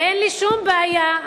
אין לי שום בעיה.